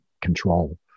control